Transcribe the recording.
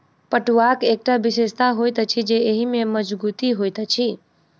पटुआक एकटा विशेषता होइत अछि जे एहि मे मजगुती होइत अछि